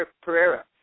Pereira